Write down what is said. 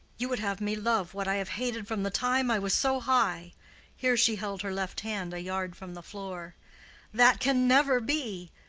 you would have me love what i have hated from the time i was so high here she held her left hand a yard from the floor that can never be.